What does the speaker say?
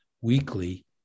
weekly